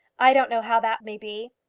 i don't know how that may be.